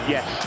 Yes